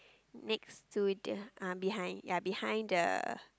next to the uh behind ya behind the